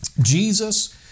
Jesus